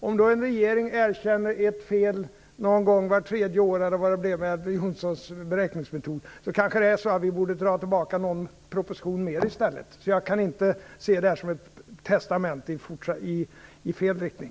Om en regering då kan erkänna ett fel någon gång vart tredje år, eller vad det nu blev med Elver Jonssons beräkningsmetod, kanske den i stället borde dra tillbaka någon mer proposition. Jag kan alltså inte se detta som ett testamente i fel riktning.